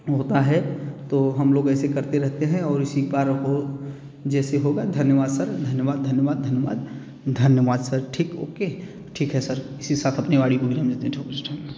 होता है तो हम लोग ऐसे करते रहते हैं और इसी पार को जैसे होगा धन्यवाद सर धन्यवाद धन्यवाद धन्यवाद धन्यवाद सर ठीक ओके ठीक है सर इसी के साथ अपनी वाणी को विराम देते हैं